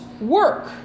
work